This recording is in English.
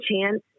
chance